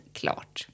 klart